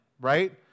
right